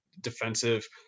defensive